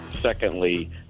Secondly